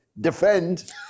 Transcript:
defend